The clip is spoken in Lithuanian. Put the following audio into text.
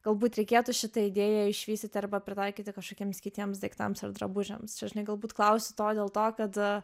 galbūt reikėtų šitą idėją išvystyti arba pritaikyti kažkokiems kitiems daiktams ar drabužiams čia žinai galbūt klausiu to dėl to kad